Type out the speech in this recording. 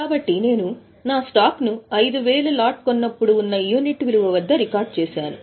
కాబట్టి నేను నా స్టాక్ను 5000 లాట్ కొన్నప్పుడు ఉన్న యూనిట్ విలువ రికార్డ్ చేశాను